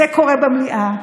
זה קורה במליאה,